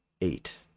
eight